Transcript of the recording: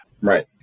Right